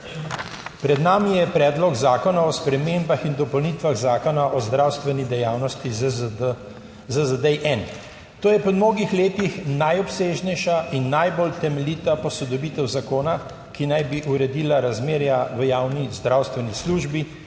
Pred nami je Predlog zakona o spremembah in dopolnitvah Zakona o zdravstveni dejavnosti / nerazumljivo/. To je po mnogih letih najobsežnejša in najbolj temeljita posodobitev zakona, ki naj bi uredila razmerja v javni zdravstveni službi,